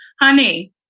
Honey